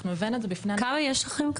אנחנו הבאנו את זה בפני --- כמה יש לכם?